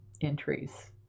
entries